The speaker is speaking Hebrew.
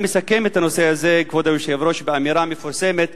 אני מסכם את הנושא באמירה המפורסמת